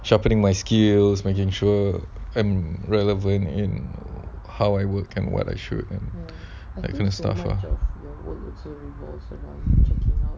sharpening my skills making sure and relevant in how I work can what show them that kind of stuff lah